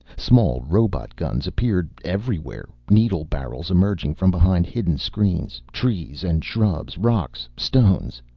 small robot guns appeared everywhere, needle barrels emerging from behind hidden screens, trees and shrubs, rocks, stones.